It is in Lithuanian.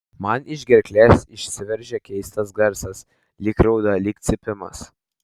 man iš gerklės išsiveržia keistas garsas lyg rauda lyg cypimas